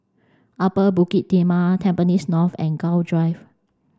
Upper Bukit Timah Tampines North and Gul Drive